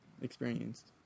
experienced